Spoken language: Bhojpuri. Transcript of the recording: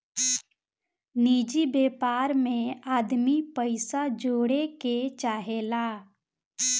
निजि व्यापार मे आदमी पइसा जोड़े के चाहेला